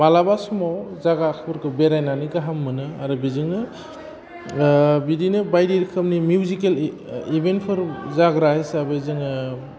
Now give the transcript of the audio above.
मालाबा समाव जायगाफोरखौ बेरायनानै गाहाम मोनो आरो बिजोंनो बिदिनो बायदि रोखोमनि मिउजिकेल इभेन्टफोर जाग्रा हिसाबै जोङो